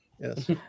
Yes